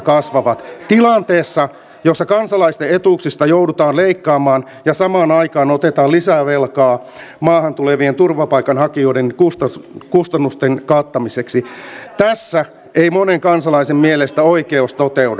tilanteessa jossa kansalaisten etuuksista joudutaan leikkaamaan ja samaan aikaan otetaan lisää velkaa maahan tulevien turvapaikanhakijoiden kustannusten kattamiseksi tässä ei monen kansalaisen mielestä oikeus toteudu